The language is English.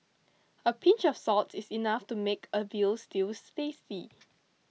a pinch of salt is enough to make a Veal Stews tasty